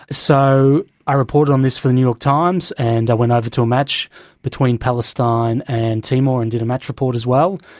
so i reported on this for the new york times, and i went over to a match between palestine and timor and did a match report as well,